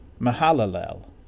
Mahalalel